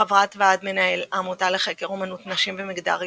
חברת ועד המנהל "העמותה לחקר אמנות נשים ומגדר"